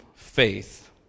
Faith